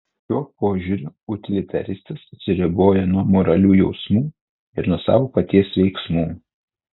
šiuo požiūriu utilitaristas atsiriboja nuo moralių jausmų ir nuo savo paties veiksmų